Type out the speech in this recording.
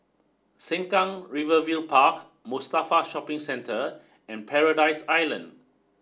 Sengkang river view Park Mustafa Shopping Centre and Paradise Island